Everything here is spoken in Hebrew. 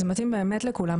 זה מתאים באמת לכולם.